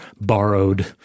borrowed